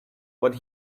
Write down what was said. what